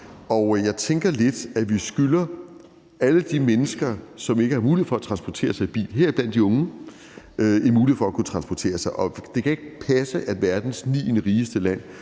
Og jeg tænker lidt, at vi skylder alle de mennesker, som ikke har mulighed for at transportere sig i bil, heriblandt de unge, en mulighed for at kunne transportere sig. Og det kan ikke passe, at verdens nienderigeste land